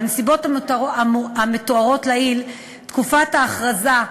בנסיבות המתוארות לעיל, תקופת ההכרזה,